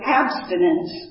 abstinence